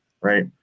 right